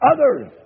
Others